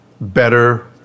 better